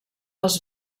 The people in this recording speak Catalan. els